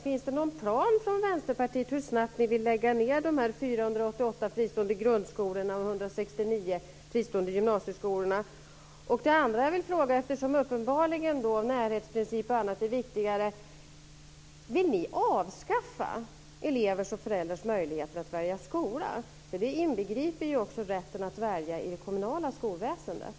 Finns det någon plan från Vänsterpartiet för hur snabbt ni vill lägga ned de Uppenbarligen är närhetsprincip och annat viktigare. Vill ni avskaffa elevers och föräldrars möjligheter att välja skola? Det inbegriper också rätten att välja i det kommunala skolväsendet.